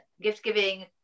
gift-giving